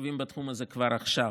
חשובים בתחום הזה כבר עכשיו: